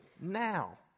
now